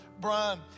Brian